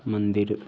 मन्दिर